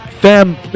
Fam